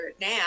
now